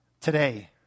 today